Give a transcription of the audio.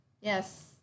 Yes